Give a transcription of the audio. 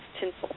tinsel